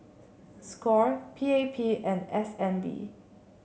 Score P A P and S N B